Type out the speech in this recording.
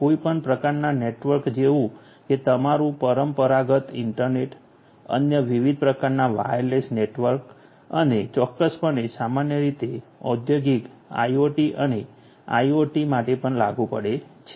કોઈપણ પ્રકારના નેટવર્ક જેવું કે તમારું પરંપરાગત ઇન્ટરનેટ અન્ય વિવિધ પ્રકારના વાયરલેસ નેટવર્ક અને ચોક્કસપણે સામાન્ય રીતે ઔદ્યોગિક આઇઓટી અને આઇઓટી માટે પણ લાગુ પડે છે